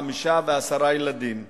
חמישה ועשרה ילדים.